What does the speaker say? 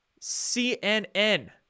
CNN